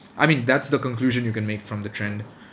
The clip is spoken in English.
I mean that's the conclusion you can make from the trend